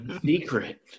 Secret